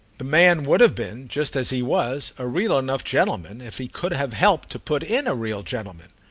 the man would have been, just as he was, a real enough gentleman if he could have helped to put in a real gentleman.